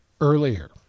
earlier